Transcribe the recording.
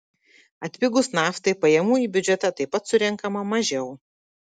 atpigus naftai pajamų į biudžetą taip pat surenkama mažiau